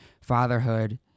fatherhood